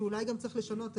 שאולי גם צריך לשנות.